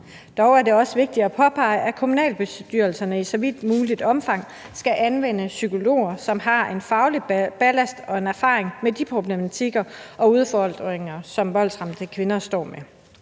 Dog er det også vigtigt at påpege, at kommunalbestyrelserne så vidt muligt skal anvende psykologer, som har en faglig ballast og en erfaring med de problematikker og udfordringer, som voldsramte kvinder står med,